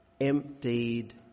emptied